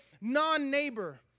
non-neighbor